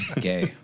gay